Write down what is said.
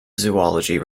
zoology